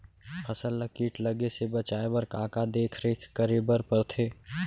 फसल ला किट लगे से बचाए बर, का का देखरेख करे बर परथे?